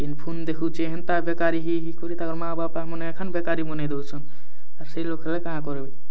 କେନ ଫୋନ ଦେଖୁଛେ ହେନତା ବେକାରୀ ହେଇ ହେଇ କରି ତାଙ୍କର ମା' ବାପାମନେ ଏଖାନ ବେକାରୀ ମନାଇ ଦେଉଛନ ଆର ସେଇ ଲୋକଲେ କାଁ କରବେ